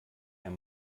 herr